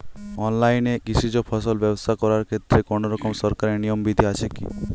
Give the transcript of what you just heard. অনলাইনে কৃষিজ ফসল ব্যবসা করার ক্ষেত্রে কোনরকম সরকারি নিয়ম বিধি আছে কি?